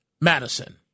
Madison